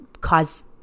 cause